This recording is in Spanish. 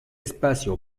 espacio